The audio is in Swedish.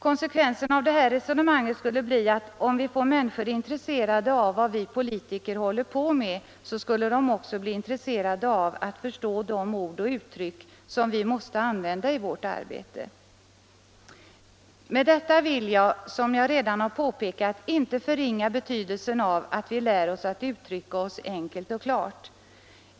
Konsekvensen av det här resonemanget skulle vara att om vi får människor intresserade av vad vi politiker håller på med, så skulle de också bli intresserade av att förstå de ord och uttryck som måste användas i vårt arbete. Med detta vill jag — som jag redan påpekat — inte förringa betydelsen av att vi lär oss att uttrycka oss enkelt och klart.